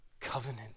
Covenant